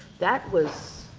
that was,